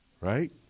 Right